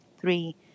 Three